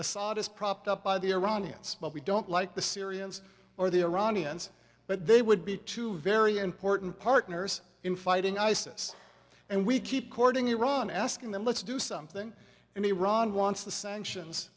is propped up by the iranians but we don't like the syrians or the iranians but they would be two very important partners in fighting isis and we keep courting iran asking them let's do something i mean iran wants the sanctions